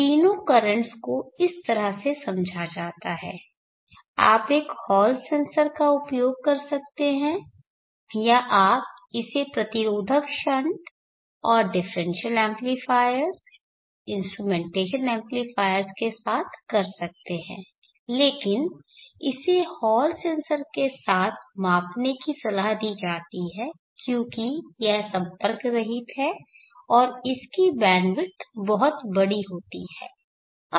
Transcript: तीनों कर्रेंटस को इस तरह से समझा जाता है आप एक हॉल सेंसर का उपयोग कर सकते हैं या आप इसे प्रतिरोधक शंट और डिफरेंशियल एम्पलीफायर्स इंस्ट्रूमेंटेशन एम्पलीफायर्स के साथ कर सकते हैं लेकिन इसे हॉल सेंसर के साथ मापने की सलाह दी जाती है क्योंकि यह संपर्क रहित है और इसकी बहुत बड़ी बैंडविड्थ होती है